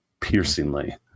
piercingly